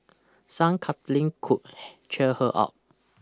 some cuddling could cheer her up